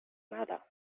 nada